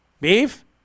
Beef